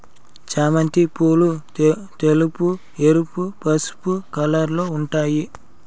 చామంతి పూలు తెలుపు, ఎరుపు, పసుపు కలర్లలో ఉంటాయి